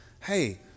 hey